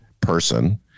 person